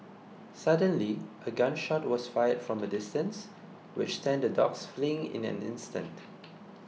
suddenly a gun shot was fired from a distance which sent the dogs fleeing in an instant